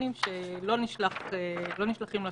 "ובשיתוף מומחים מהשירות,